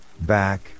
back